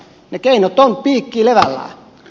ne keinot ovat piikki levällään